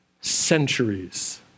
centuries